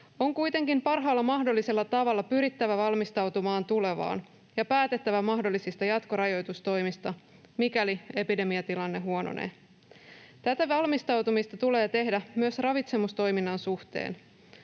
On kuitenkin parhaalla mahdollisella tavalla pyrittävä valmistautumaan tulevaan ja päätettävä mahdollisista jatkorajoitustoimista, mikäli epidemiatilanne huononee. Tätä valmistautumista tulee tehdä myös ravitsemustoiminnan suhteen.